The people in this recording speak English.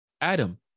Adam